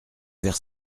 vers